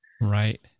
Right